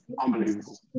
unbelievable